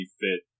fit